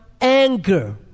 anger